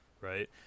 right